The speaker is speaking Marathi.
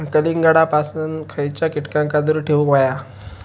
कलिंगडापासून खयच्या कीटकांका दूर ठेवूक व्हया?